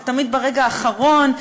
זה תמיד ברגע האחרון,